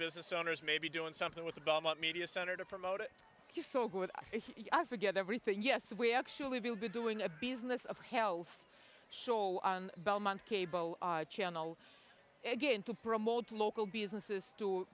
business owners may be doing something with the belmont media center to promote it you so good yeah forget everything yes we actually be doing a business of health show on belmont cable channel again to promote local businesses to